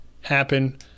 happen